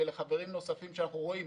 וגם לחברים נוספים שאנחנו רואים.